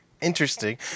interesting